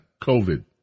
COVID